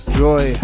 joy